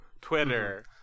twitter